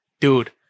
dude